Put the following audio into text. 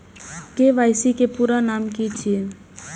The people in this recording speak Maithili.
के.वाई.सी के पूरा नाम की छिय?